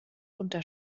unter